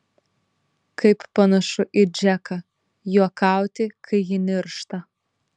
kaip panašu į džeką juokauti kai ji niršta